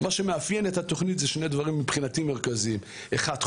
אלה שני דברים מרכזיים מבחינתי: אחד,